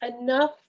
enough